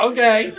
Okay